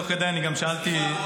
תוך כדי אני גם שאלתי --- סליחה,